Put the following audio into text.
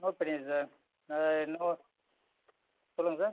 note பண்ணியாச்சு sir இன்னும் சொல்லுங்கள் சார்